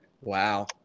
wow